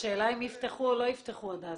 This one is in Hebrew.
השאלה אם יפתחו או לא יפתחו עד אז.